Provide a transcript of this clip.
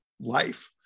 life